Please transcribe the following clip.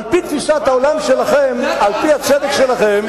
על-פי תפיסת העולם שלכם, על-פי הצדק שלכם,